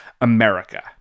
America